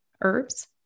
herbs